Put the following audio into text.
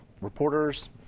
reporters